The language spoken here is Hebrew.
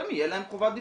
שתהיה להן חובת דיווח.